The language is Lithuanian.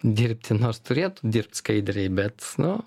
dirbti nors turėtų dirbt skaidriai bet nu